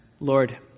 Lord